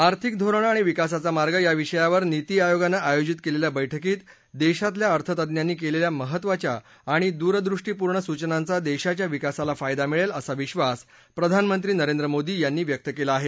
आर्थिक धोरणं आणि विकासाचा मार्ग या विषयावर निती आयोगानं आयोजित केलेल्या बैठकीत देशातल्या अर्थतज्ञांनी केलेल्या महत्त्वाच्या आणि दूरदृष्टीपूर्ण सूचनांचा देशाच्या विकासाला फायदा मिळेल असा विश्वास प्रधानमंत्री नरेंद्र मोदी यांनी व्यक्त केला आहे